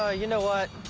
ah you know what?